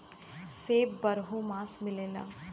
सेब बारहो मास मिलला